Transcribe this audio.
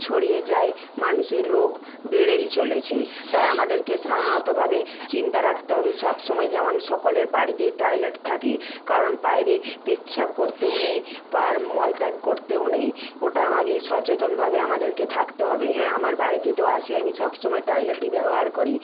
ছড়িয়ে যায় মানুষের রোগ বেড়েই চলেছে তাই আমাদেরকে সাধারণতভাবে চিন্তা রাখতে হবে সব সময় যেমন সকলের বাড়িতে টয়লেট থাকে কারণ বাইরে প্রস্রাব করতেও নেই আর মল ত্যাগ করতেও নেই ওটা আমাকে সচেতনভাবে আমাদেরকে থাকতে হবে হ্যাঁ আমার বাড়িতে তো আছে আমি সব সময় টয়লেটই ব্যবহার করি